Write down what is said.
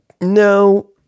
No